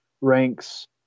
ranks